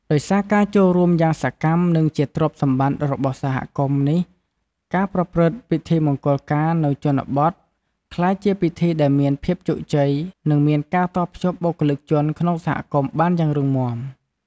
ដោយសារការចូលរួមយ៉ាងសកម្ម និងជាទ្រព្យសម្បត្តិរបស់សហគមន៍នេះ ការប្រព្រឹត្តិពិធីមង្គលការនៅជនបទក្លាយជាពិធីដែលមានភាពជោគជ័យ និងមានការតភ្ជាប់បុគ្គលិកជនក្នុងសហគមន៍បានយ៉ាងរឹងមាំ។